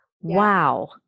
wow